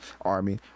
army